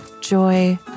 joy